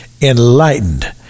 enlightened